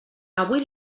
avui